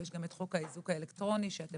יש גם חוק האיזוק האלקטרוני שאתם